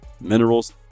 minerals